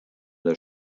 der